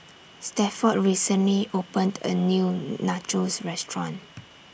Stafford recently opened A New Nachos Restaurant